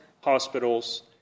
hospitals